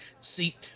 See